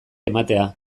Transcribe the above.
ematea